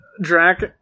Drac